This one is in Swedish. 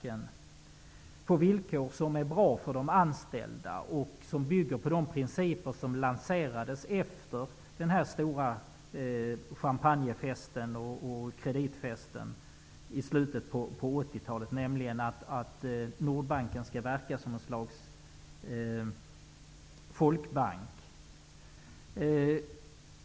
Det skall vara på villkor som är bra för de anställda och som bygger på de principer som lanserades efter den stora champagne och kreditfesten i slutet av 80-talet, nämligen att Nordbanken skall verka som ett slags folkbank.